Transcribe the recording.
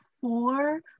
four